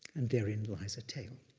and therein lies a tale.